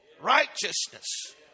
righteousness